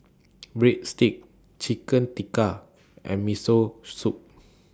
Breadsticks Chicken Tikka and Miso Soup